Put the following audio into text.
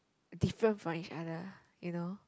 different from each other you know